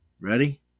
Ready